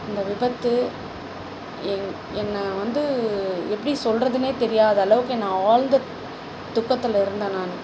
இந்த விபத்து என் என்ன வந்து எப்படி சொல்கிறதுன்னே தெரியாத அளவுக்கு நான் ஆழ்ந்த துக்கத்தில் இருந்த நான்